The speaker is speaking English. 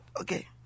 Okay